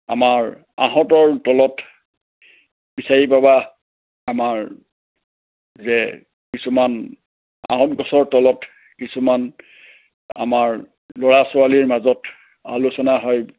আমাৰ আহঁতৰ তলত বিচাৰি পাবা আমাৰ যে কিছুমান আহঁত গছৰ তলত কিছুমান আমাৰ ল'ৰা ছোৱালীৰ মাজত আলোচনা হয়